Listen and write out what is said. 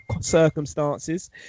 circumstances